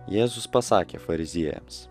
jėzus pasakė fariziejams